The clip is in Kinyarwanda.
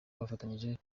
bafatanyije